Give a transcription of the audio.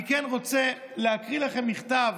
אני כן רוצה להקריא לכם מכתב,